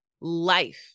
life